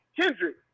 Kendrick